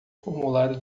formulário